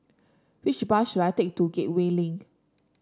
which bus should I take to Gateway Link